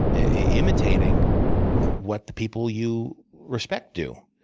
imitating what the people you respect do.